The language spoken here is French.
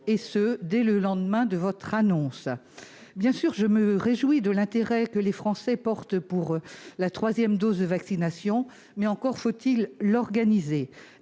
et ce dès le lendemain de votre annonce. Bien sûr, je me réjouis de l'intérêt que les Français portent à cette troisième dose de vaccin, mais encore faut-il organiser